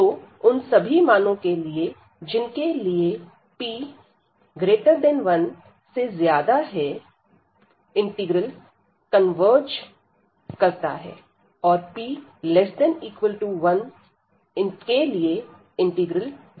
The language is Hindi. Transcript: तो उन सभी मानो के लिए जिनके लिए p1 से ज्यादा है इंटीग्रल कन्वर्ज करता है और p ≤1 इंटीग्रल डायवर्ज करता है